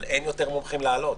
אבל אין יותר מומחים להעלות.